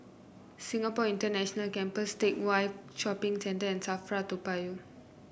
Singapore International Campus Teck Whye Shopping Center and Safra Toa Payoh